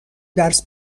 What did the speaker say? درس